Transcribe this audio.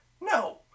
No